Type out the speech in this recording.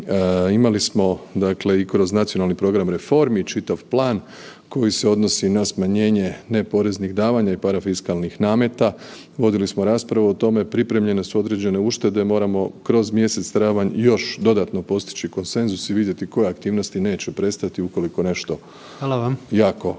imali smo i kroz Nacionalni program reformi čitav plan koji se odnosi na smanjenje neporeznih davanja i parafiskalnih nameta, vodili smo raspravu o tome, pripremljene su određene uštede. Moramo kroz mjesec travanj još dodatno postići konsenzus i vidjeti koje aktivnosti neće prestati ukoliko nešto jako